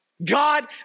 God